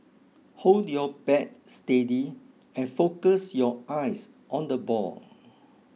hold your bat steady and focus your eyes on the ball